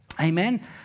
Amen